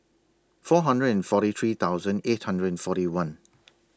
four hundred and forty three thousand eight hundred and forty one